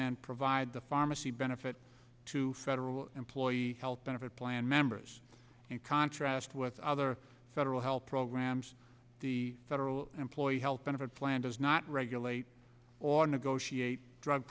and provide the pharmacy benefit to federal employee health benefit plan members in contrast with other federal health programs the federal employee health benefit plan does not regulate or negotiate drug